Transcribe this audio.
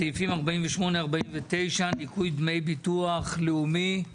סעיפים 48-49 ניכוי דמי ביטוח לאומי.